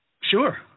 Sure